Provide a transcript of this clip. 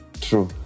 True